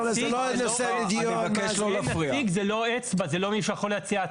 ואם מגיע מישהו הוא לא אצבע,